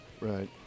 Right